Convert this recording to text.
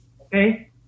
Okay